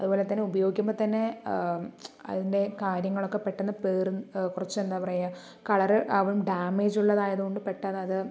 അതുപോലെ തന്നെ ഉപയോഗിക്കുമ്പോ തന്നെ അതിൻ്റെ കാര്യങ്ങളൊക്കെ പെട്ടന്ന് പേർ കുറച്ച് എന്താ പറയാ കളറാകും ഡാമേജ് ഉള്ളതായതുകൊണ്ട് പെട്ടന്ന് അത്